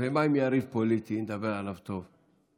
ומה עם יריב פוליטי, אם נדבר עליו טוב?